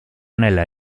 nella